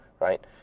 right